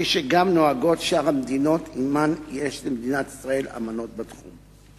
כפי שנוהגות שאר המדינות שעמן יש למדינת ישראל אמנות בתחום.